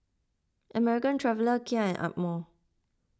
American Traveller Kia and Amore